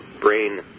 brain